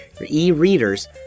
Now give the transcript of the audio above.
e-readers